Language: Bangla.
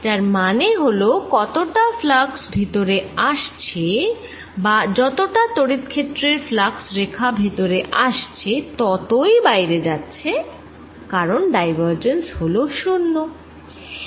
যার মানে হল যতটা ফ্লাক্স ভিতরে আসছে বা যতটা তড়িৎ ক্ষেত্রের ফ্লাক্স রেখা ভিতরে আসছে ততই বাইরে যাচ্ছে কারণ ডাইভারজেন্স হল 0